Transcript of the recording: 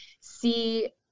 see